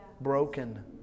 broken